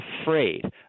afraid